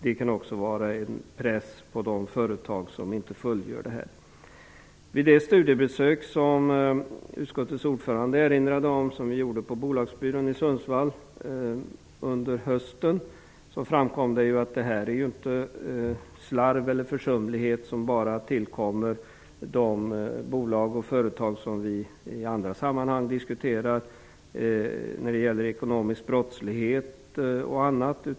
Det kan också innebära en press på de företag som inte fullgör sina skyldigheter. Utskottets ordförande erinrade om det studiebesök som vi gjorde på bolagsbyrån i Sundsvall under hösten. Då framkom det att det inte bara är fråga om slarv eller försumlighet hos bolag och företag som vi diskuterar när det gäller ekonomisk brottslighet och annat.